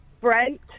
Brent